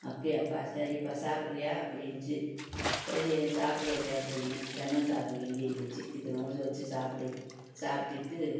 அப்படியாப்பா சரிப்பா சாப்பிட்றியா அப்படின்னுச்சு சரி சாப்பிட்றேன்த்த அப்படின்னே லெமன் சாதம் கிண்டிருந்ததுச்சு இத்துநுாண்டு வச்சு சாப்பிட்டு சாப்பிட்டுட்டு